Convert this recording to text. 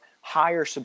higher